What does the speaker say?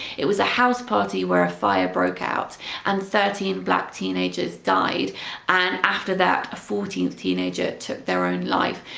it was a house party where a fire broke out and thirteen black teenagers died and after that a fourteenth teenager took their own life.